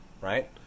right